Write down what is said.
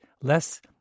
less